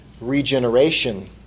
Regeneration